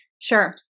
Sure